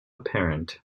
apparent